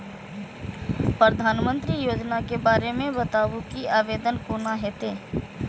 प्रधानमंत्री योजना के बारे मे बताबु की आवेदन कोना हेतै?